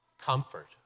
comfort